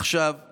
אני